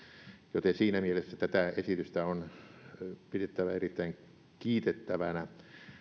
joten siinä mielessä tätä esitystä on pidettävä erittäin kiitettävänä